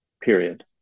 Period